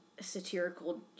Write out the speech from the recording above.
satirical